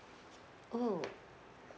oh